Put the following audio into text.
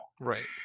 Right